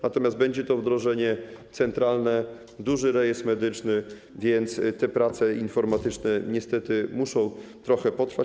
Natomiast będzie to wdrożenie centralne, duży rejestr medyczny, więc te prace informatyczne niestety muszą trochę potrwać.